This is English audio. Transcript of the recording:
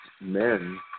men